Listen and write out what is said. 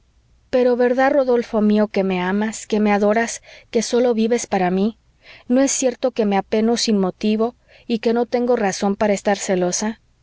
pero verdad rodolfo mío que me amas que me adoras que sólo vives para mí no es cierto que me apeno sin motivo y que no tengo razón para estar celosa